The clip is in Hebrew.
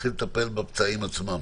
ונתחיל לטפל בפצעים עצמם.